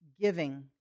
giving